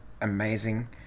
amazing